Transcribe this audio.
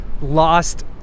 lost